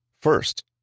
First